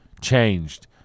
changed